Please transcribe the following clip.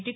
D